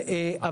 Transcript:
כלומר,